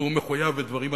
והוא מחויב לדברים אחרים,